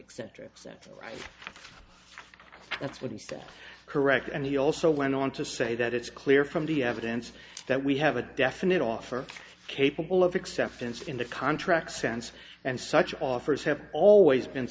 eccentric set that's what he said correct and he also went on to say that it's clear from the evidence that we have a definite offer capable of acceptance in the contract sense and such offers have always been